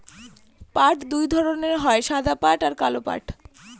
পাট দুই ধরনের হয় সাদা পাট আর কালো পাট